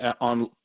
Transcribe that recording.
on